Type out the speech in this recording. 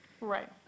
Right